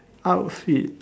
how is it